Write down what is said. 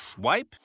wipe